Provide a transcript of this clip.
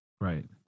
Right